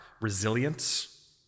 resilience